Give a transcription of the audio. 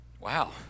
Wow